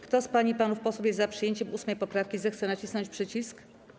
Kto z pań i panów posłów jest za przyjęciem 8. poprawki, zechce nacisnąć przycisk.